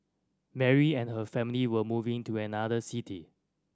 Mary and her family were moving to another city